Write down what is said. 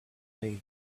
lay